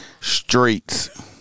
Streets